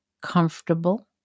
comfortable